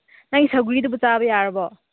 ꯅꯪꯒꯤ ꯁꯧꯒ꯭ꯔꯤꯗꯨꯕꯨ ꯆꯥꯕ ꯌꯥꯔꯕꯣ